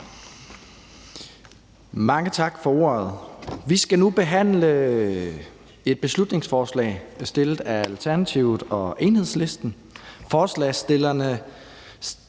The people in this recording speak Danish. Mange tak for ordet. Vi skal nu behandle et beslutningsforslag fremsat af Alternativet og Enhedslisten. Forslagsstillerne